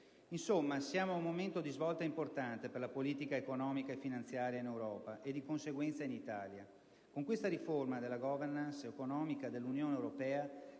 Insomma, siamo a un momento di svolta importante per la politica economica e finanziaria in Europa e di conseguenza in Italia. Con questa riforma della *governance* economica dell'Unione europea